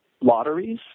lotteries